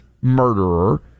murderer